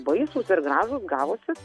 baisūs ir gražūs gavosi